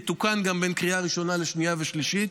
הוא יתוקן גם בין קריאה ראשונה לשנייה ושלישית.